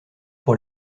pour